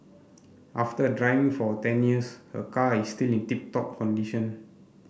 after driving for ten years her car is still in tip top condition